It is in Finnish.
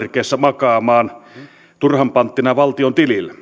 makaamaan turhan panttina valtion tilille